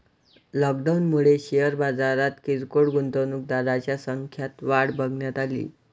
लॉकडाऊनमुळे शेअर बाजारात किरकोळ गुंतवणूकदारांच्या संख्यात वाढ बघण्यात अली